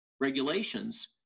regulations